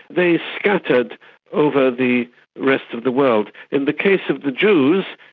they scattered over the rest of the world. in the case of the jews,